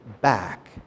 back